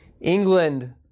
England